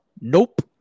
Nope